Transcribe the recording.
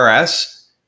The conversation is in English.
RS